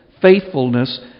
faithfulness